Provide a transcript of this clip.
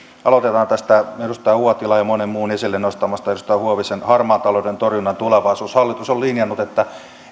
aloitetaan tästä edustaja uotilan ja monen muun kuten edustaja huovisen esille nostamasta harmaan talouden torjunnan tulevaisuudesta hallitus on linjannut että